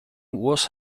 was